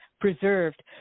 preserved